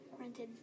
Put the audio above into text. rented